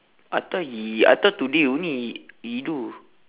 I thought he I thought today only he do